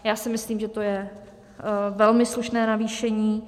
Já si myslím, že to je velmi slušné navýšení.